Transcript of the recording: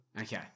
Okay